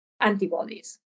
antibodies